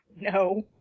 No